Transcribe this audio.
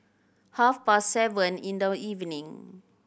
half past seven in the evening